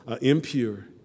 impure